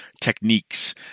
techniques